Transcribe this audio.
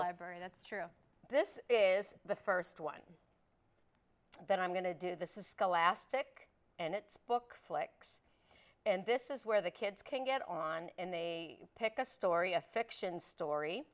library that's true this is the first one that i'm going to do this is skull lastic and it's book flicks and this is where the kids can get on and they pick a story a fiction story